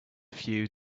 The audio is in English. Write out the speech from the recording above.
few